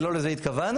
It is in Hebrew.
כי לא לזה התכוונו,